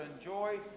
enjoy